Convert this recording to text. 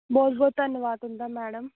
बहुत बहुत धन्नवाद तुं'दा मैडम